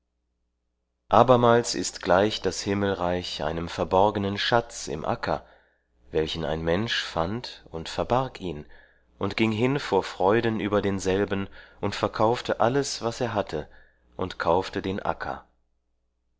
abermals ist gleich das himmelreich einem verborgenem schatz im acker welchen ein mensch fand und verbarg ihn und ging hin vor freuden über denselben und verkaufte alles was er hatte und kaufte den acker